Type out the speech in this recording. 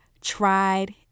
tried